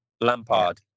Lampard